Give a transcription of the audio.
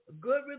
good